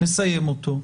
לסיים אותו.